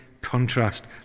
contrast